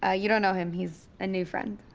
ah you don't know him. he's a new friend.